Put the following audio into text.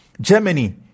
Germany